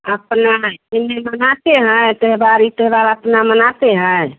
अपना इन्हें मनाते हैं त्यौहार ईद त्यौहार अपना मनाते हैं